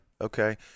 okay